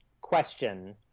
question